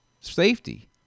safety